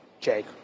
Jake